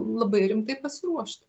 labai rimtai pasiruošt